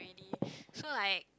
so like